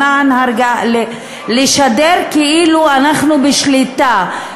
לשדר כאילו אנחנו בשליטה,